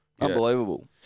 Unbelievable